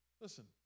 listen